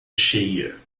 cheia